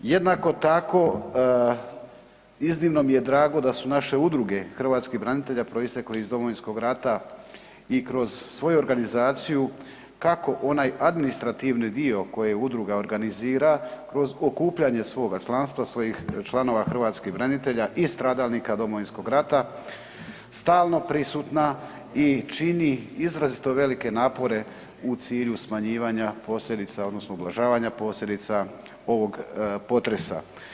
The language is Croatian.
Jednako tako iznimno mi je drago da su naše udruge hrvatskih branitelja proistekle iz Domovinskog rata i kroz svoju organizaciju kako onaj administrativni dio koji udruga organizira kroz okupljanje svoga članstva, svojih članova hrvatskih branitelja i stradalnika Domovinskog rata stalno prisutna i čini izrazito velike napore u cilju smanjivanja posljedica odnosno ublažavanja posljedica ovog potresa.